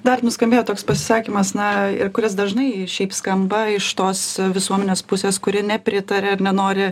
dar nuskambėjo toks pasisakymas na ir kuris dažnai šiaip skamba iš tos visuomenės pusės kuri nepritaria ir nenori